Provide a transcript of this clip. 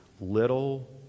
Little